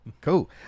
cool